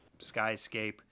skyscape